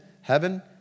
heaven